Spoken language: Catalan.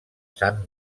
sant